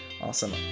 awesome